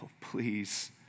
please